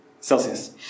Celsius